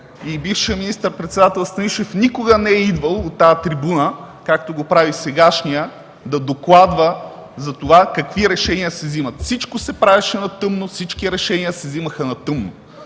Бившият министър-председател Станишев никога не е идвал от тази трибуна, както го прави сегашният, да докладва за това какви решения се вземат. Всичко се правеше на тъмно, всички решения се вземаха на тъмно.